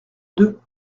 deux